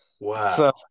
Wow